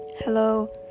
Hello